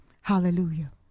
Hallelujah